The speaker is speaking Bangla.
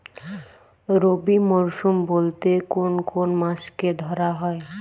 রবি মরশুম বলতে কোন কোন মাসকে ধরা হয়?